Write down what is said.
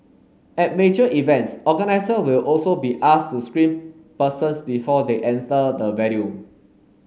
at major events organiser will also be asked to screen persons before they enter the venue